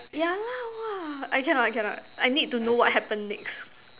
yeah lah !wah! I cannot I cannot I need to know what happen next